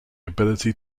ability